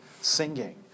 singing